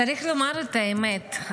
צריך לומר את האמת,